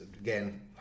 again